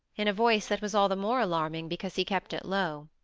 in a voice that was all the more alarming because he kept it low.